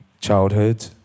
childhood